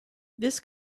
this